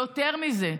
יותר מזה,